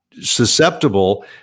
susceptible